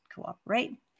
cooperate